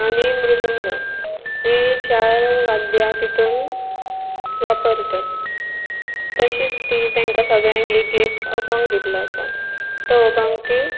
आनी मृदंग ही चार वाद्यां तितून वापरतात तशीच ती तेंकां सगळ्यांक एक एक अभंग दिल्लो आसा तो अभंग तीं